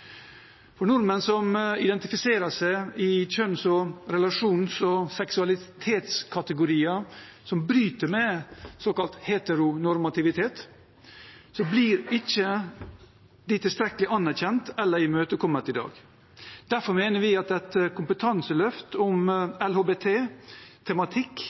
kjønnsuttrykk. Nordmenn som identifiserer seg i kjønns-, relasjons- og seksualitetskategorier som bryter med såkalt heteronormativitet, blir ikke tilstrekkelig anerkjent eller imøtekommet i dag. Derfor mener vi at et kompetanseløft om LHBT-tematikk